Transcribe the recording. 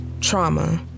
Trauma